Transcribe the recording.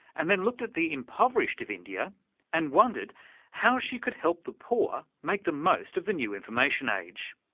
and then looked at the impoverished of india and wondered how she could help the poor make the most of the new information age.